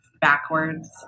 backwards